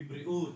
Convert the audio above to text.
בבריאות,